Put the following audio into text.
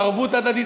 ערבות הדדית,